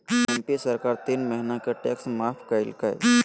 MP सरकार तीन महीना के टैक्स माफ कइल कय